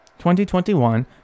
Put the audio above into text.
2021